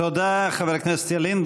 תודה, חבר הכנסת ילין.